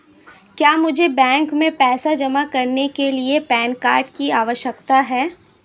क्या मुझे बैंक में पैसा जमा करने के लिए पैन कार्ड की आवश्यकता है?